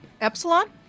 Epsilon